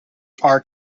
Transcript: are